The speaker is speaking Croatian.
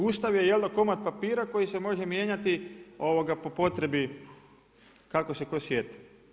Ustav je jel' da, komad papira koji se može mijenjati po potrebi kako se tko sjeti.